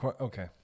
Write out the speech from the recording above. Okay